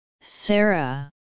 Sarah